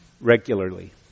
regularly